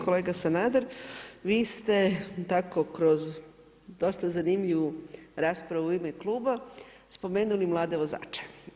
Kolega Sanader, vi ste tako kroz dosta zanimljivu raspravu u ime kluba, spomenuli mlade vozače.